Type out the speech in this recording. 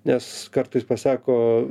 nes kartais pasako